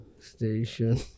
station